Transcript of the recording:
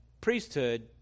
priesthood